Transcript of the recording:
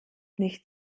nicht